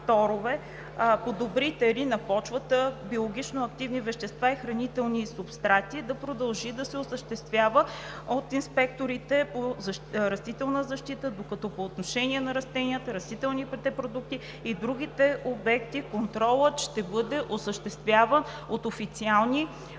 подобрители на почвата, биологично активни вещества и хранителни субстрати да продължи да се осъществява от инспекторите по растителна защита, докато по отношение на растенията, растителните продукти и другите обекти контролът ще бъде осъществяван от официални